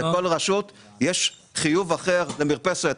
לכל רשות יש חיוב אחר למרפסת,